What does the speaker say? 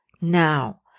now